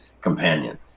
companion